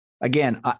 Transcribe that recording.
again